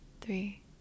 three